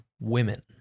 women